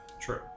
True